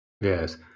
Yes